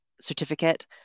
certificate